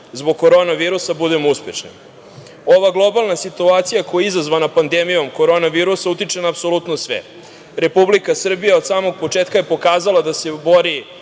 zbog korona virusa budemo uspešni. Ova globalna situacija koja je izazvana pandemijom korona virusa utiče na apsolutno sve. Republika Srbija je od samog početka pokazala da se bori